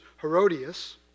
Herodias